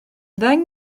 ddeng